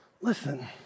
Listen